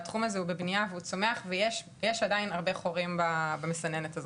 והתחום הזה הוא בבנייה והוא צומח ויש עדיין הרבה חורים במסננת הזו.